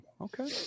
Okay